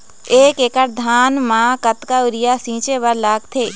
एक एकड़ धान म कतका यूरिया छींचे बर लगथे?